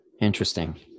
Interesting